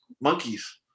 Monkeys